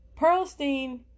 Pearlstein